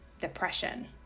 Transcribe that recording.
depression